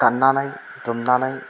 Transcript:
दाननानै दुमनानै